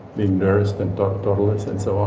being nursed, and toddlers, and so